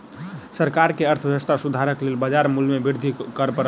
सरकार के अर्थव्यवस्था सुधारक लेल बाजार मूल्य में वृद्धि कर पड़ल